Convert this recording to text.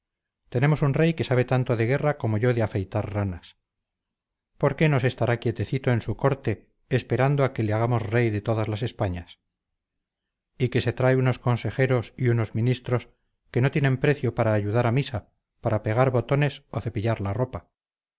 tenemos un rey que sabe tanto de guerra como yo de afeitar ranas por qué no se estará quietecito en su corte esperando a que le hagamos rey de todas las españas y que se trae unos consejeros y unos ministros que no tienen precio para ayudar a misa para pegar botones o cepillar la ropa